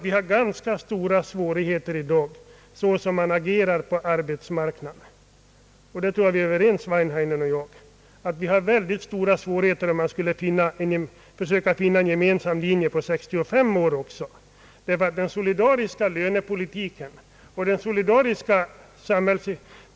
Vi har ganska stora svårigheter i dag, såsom man agerar på arbetsmarknaden, när det gäller att finna en gemensam pensionsålder av 65 år — det tror jag herr Wanhainen håller med om.